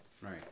right